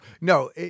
No